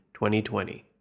2020